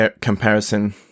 comparison